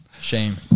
shame